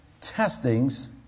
testings